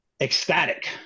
ecstatic